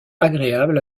agréable